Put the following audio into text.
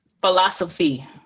philosophy